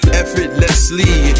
effortlessly